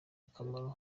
akamaro